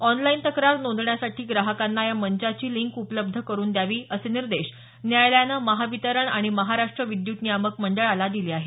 online तक्रार नोंदवण्यासाठी ग्राहकांना या मंचाची लिंक उपलब्ध करून द्यावी असे निर्देश न्यायालयानं महावितरण आणि महाराष्ट विद्यत नियामक मंडळाला दिले आहेत